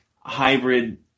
hybrid